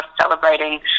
celebrating